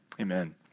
Amen